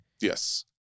Yes